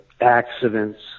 accidents